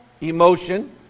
emotion